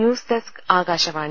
ന് news desk Akashvani